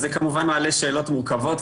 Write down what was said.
אז זה כמובן מעלה שאלות מורכבות,